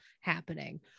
happening